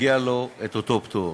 מגיע לו אותו פטור.